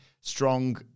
Strong